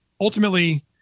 ultimately